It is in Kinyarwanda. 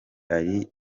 hari